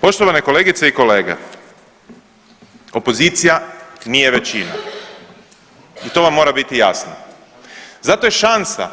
Poštovane kolegice i kolege, opozicija nije većina i to vam mora biti jasno, zato je šansa